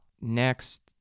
Next